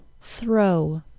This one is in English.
throw